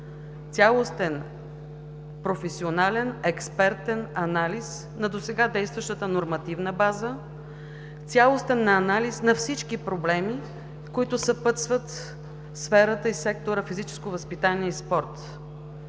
цялостен професионален, експертен анализ на досега действащата нормативна база, цялостен анализ на всички проблеми, които съпътстват сферата и сектора „физическо възпитание и спорт“.